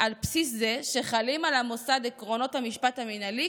על בסיס זה שחלים על המוסד עקרונות המשפט המינהלי,